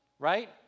right